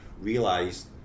realised